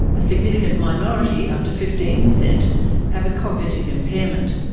a significant minority up to fifteen percent have a cognitive impairment.